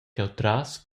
cheutras